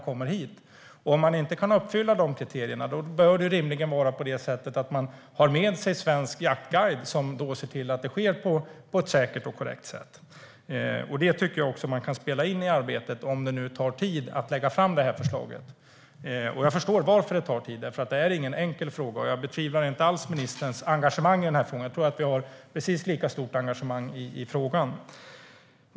Om de inte kan uppfylla kriterierna bör de rimligen ha med sig en svensk jaktguide som ser till att jakten sker på ett säkert och korrekt sätt. Det kan spela in i arbetet, om det tar tid att lägga fram förslaget. Jag förstår varför det tar tid. Det här är ingen enkel fråga. Jag betvivlar inte alls ministerns engagemang i frågan. Vi har ett precis lika stort engagemang i frågan.